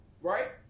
right